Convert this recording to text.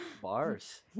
Bars